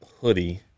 hoodie